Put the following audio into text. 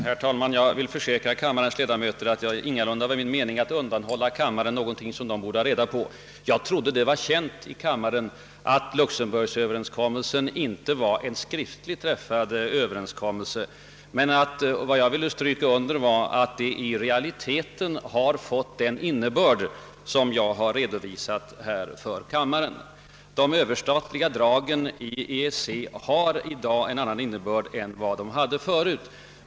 Herr talman! Jag vill försäkra kammarens ledamöter att det ingalunda var min mening att undanhålla kammaren någonting som den borde få reda på. Jag trodde att det var känt i kammaren att Luxemburgöverenskommelsen inte var ett skriftligt träffat avtal. Vad jag vill stryka under är att den i realiteten har den innebörd som jag redovisat här inför kammaren. De överstatliga dragen i EEC har i dag i praktiken en annan innebörd än de hade förut.